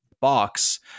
box